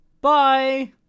bye